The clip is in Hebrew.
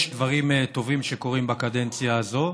יש דברים טובים שקורים בקדנציה הזאת,